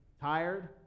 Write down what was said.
tired